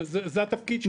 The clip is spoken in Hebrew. זה התפקיד שלהם.